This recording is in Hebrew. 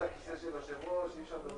עכשיו אנחנו דנים על תקנה 9. לגבי